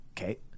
Okay